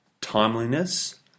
timeliness